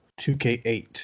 2K8